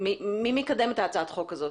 מי מקדם את הצעת החוק הזאת?